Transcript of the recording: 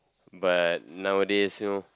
but nowadays you know